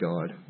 God